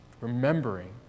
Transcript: remembering